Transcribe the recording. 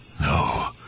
No